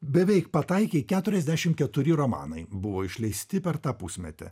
beveik pataikei keturiasdešimt keturi romanai buvo išleisti per tą pusmetį